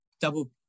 double